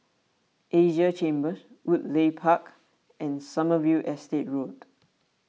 Asia Chambers Woodleigh Park and Sommerville Estate Road